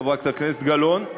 חברת הכנסת גלאון: